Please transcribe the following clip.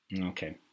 Okay